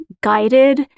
guided